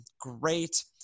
great